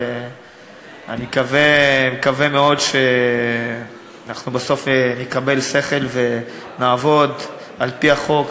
ואני מקווה מאוד שבסוף נקבל שכל ונעבוד על-פי החוק,